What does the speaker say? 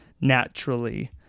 naturally